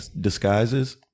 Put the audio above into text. disguises